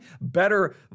better